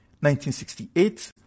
1968